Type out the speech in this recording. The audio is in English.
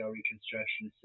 reconstruction